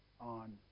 on